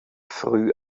früh